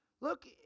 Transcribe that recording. Look